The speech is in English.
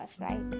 right